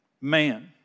man